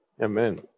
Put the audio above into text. Amen